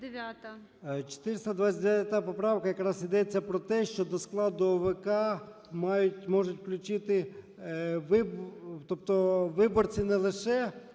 429 поправка. Якраз ідеться про те, що до складу ОВК можуть включити, тобто виборці не лише